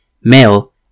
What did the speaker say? male